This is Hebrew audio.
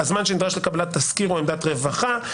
הזמן שנדרש לקבלת תסקיר או עמדת רווחה,